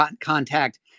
contact